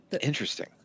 Interesting